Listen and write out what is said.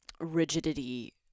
rigidity